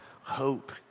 hope